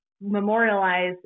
memorialize